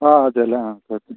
ആ അതെ അല്ലെ ആ ഓക്കെ